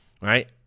Right